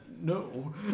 No